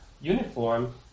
uniform